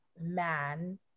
man